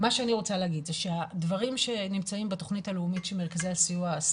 הדברים שנמצאים בתוכנית הלאומית של מרכזי הסיוע,